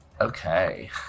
Okay